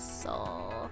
soul